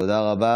תודה רבה.